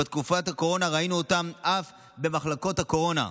ובתקופת הקורונה ראינו אותם אף במחלקות הקורונה.